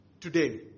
today